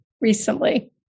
recently